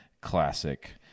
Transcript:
classic